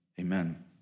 amen